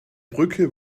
brücke